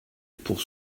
pour